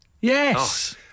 Yes